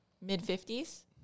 mid-50s